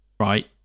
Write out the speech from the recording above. right